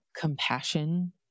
compassion